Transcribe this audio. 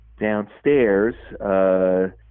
downstairs